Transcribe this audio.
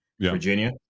Virginia